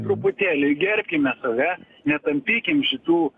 truputėlį gerbkime save netampykim šitų